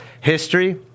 history